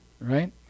right